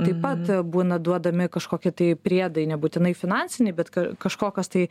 taip pat būna duodami kažkokie tai priedai nebūtinai finansiniai bet kažkokios tai